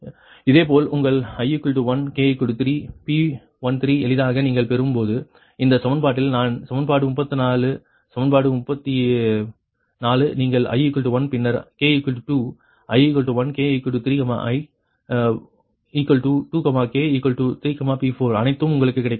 இதேபோல் உங்கள் i 1 k 3 P13 எளிதாக நீங்கள் பெறும்போது இந்த சமன்பாட்டில் நான் சமன்பாடு 34 சமன்பாடு 34 நீங்கள் i 1 பின்னர் k 2 i 1 k 3 i 2 k 3 P24 அனைத்தும் உங்களுக்கு கிடைக்கும்